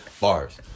Bars